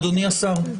אדוני השר,